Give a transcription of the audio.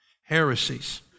Heresies